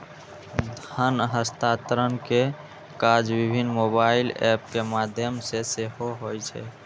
धन हस्तांतरण के काज विभिन्न मोबाइल एप के माध्यम सं सेहो होइ छै